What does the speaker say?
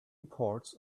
reports